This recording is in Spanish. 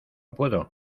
puedo